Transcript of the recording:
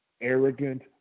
arrogant